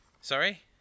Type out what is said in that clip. Sorry